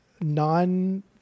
non